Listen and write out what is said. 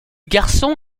garçon